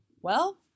Well